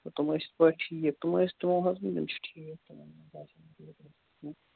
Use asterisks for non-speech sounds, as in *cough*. تہٕ تِم ٲسۍ یِتھ پٲٹھۍ ٹھیٖک تِم ٲسۍ تِمو حظ ووٚن یِم چھِ ٹھیٖک *unintelligible*